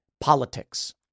politics